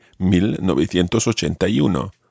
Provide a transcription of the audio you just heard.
1981